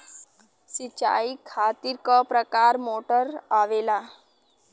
सिचाई खातीर क प्रकार मोटर आवेला?